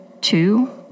two